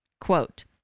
quote